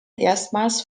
erstmals